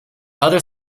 other